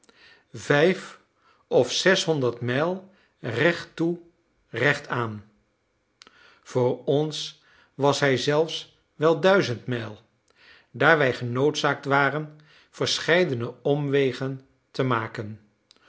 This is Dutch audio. vijf of zeshonderd mijl recht toe recht aan voor ons was hij zelfs wel duizend mijl daar wij genoodzaakt waren verscheidene omwegen te maken